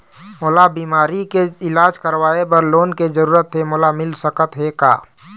मोला बीमारी के इलाज करवाए बर लोन के जरूरत हे मोला मिल सकत हे का?